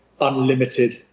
unlimited